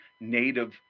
native